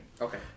Okay